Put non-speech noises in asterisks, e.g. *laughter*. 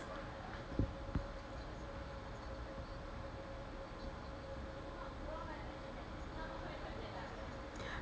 *breath*